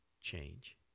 change